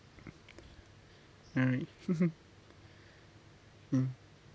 right mm